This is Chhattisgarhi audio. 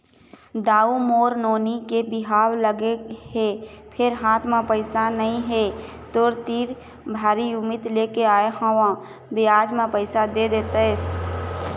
दाऊ मोर नोनी के बिहाव लगगे हे फेर हाथ म पइसा नइ हे, तोर तीर भारी उम्मीद लेके आय हंव बियाज म पइसा दे देतेस